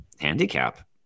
handicap